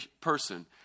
person